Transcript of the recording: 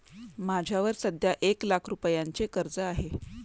माझ्यावर सध्या एक लाख रुपयांचे कर्ज आहे